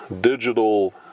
digital